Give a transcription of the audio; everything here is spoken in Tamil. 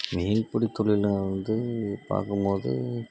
மீன்பிடி தொலில்ல வந்து பார்க்கும்மோது